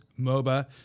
MOBA